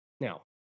Now